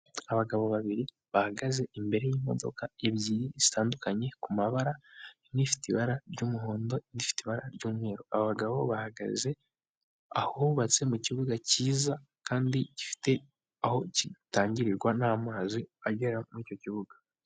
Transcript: Abagabo babiri bahagaze imbere y'imodoka ebyiri zitandukanye ku mabara, imwe ifite ibara ry'umuhondo indi ifite ibara ry'umweru, abagabo bahagaze ahubatse mu kibuga cyiza kandi gifite aho gitangirirwa n'amazi agera muri icyo kibuga.